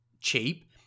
cheap